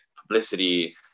publicity